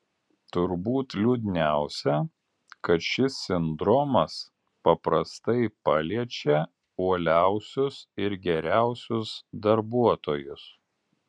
turbūt liūdniausia kad šis sindromas paprastai paliečia uoliausius ir geriausius darbuotojus